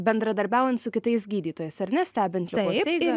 bendradarbiaujant su kitais gydytojais ar ne stebint ligos eigą